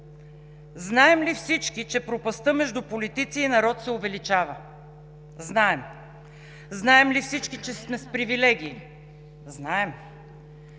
Знаем ли всички, че пропастта между политици и народ се увеличава? Знаем. Знаем ли всички, че сме обрасли с привилегии? Знаем.